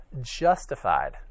justified